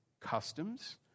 customs